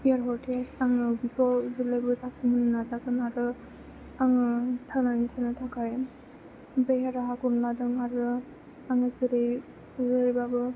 air hostess आङो बेखौ जेब्लायबो जाफुंहोनो नाजागोन आरो आङो थांनानै थानो थाखाय बे राहाखौनो लादों आरो आङो जेरै जेरैबाबो